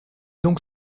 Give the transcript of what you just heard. donc